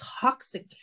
toxic